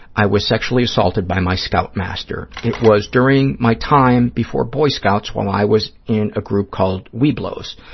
i was sexually assaulted by my scoutmaster. it was during my time before boy scouts while i was in a group called webelos,